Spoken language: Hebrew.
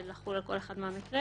לחול על כל אחד מהמקרים,